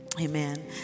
Amen